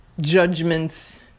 judgments